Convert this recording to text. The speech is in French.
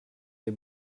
les